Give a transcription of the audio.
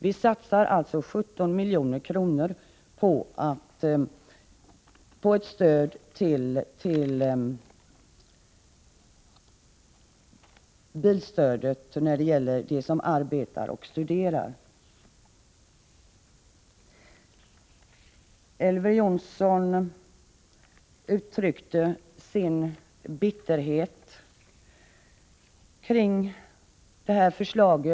Vi satsar alltså 17 milj.kr. på ett bilstöd till dem som arbetar eller studerar. Elver Jonsson uttryckte sin bitterhet över detta förslag.